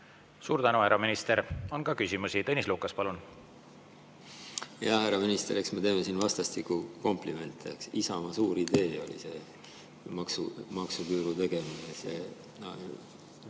Suur tänu, härra minister! On ka küsimusi. Tõnis Lukas, palun! Jaa, härra minister, eks me teeme siin vastastikku komplimente. Isamaa suur idee oli maksuküüru tegemine